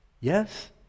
yes